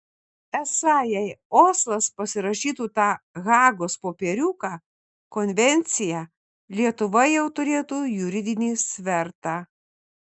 esą jei oslas pasirašytų tą hagos popieriuką konvenciją lietuva jau turėtų juridinį svertą